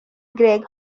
gregg